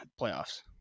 playoffs